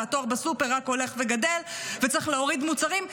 שהתור בסופר רק הולך וגדל וצריך להוריד מוצרים.